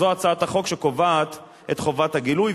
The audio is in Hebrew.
זאת הצעת חוק שקובעת את חובת הגילוי,